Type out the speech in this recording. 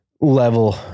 level